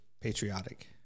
patriotic